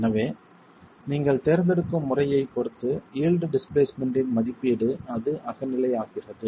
எனவே நீங்கள் தேர்ந்தெடுக்கும் முறையைப் பொறுத்து யீல்டு டிஸ்பிளேஸ்மென்ட் மதிப்பீடுஅது அகநிலை ஆகிறது